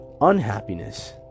Unhappiness